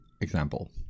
example